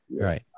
right